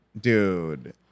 Dude